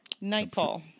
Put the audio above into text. Nightfall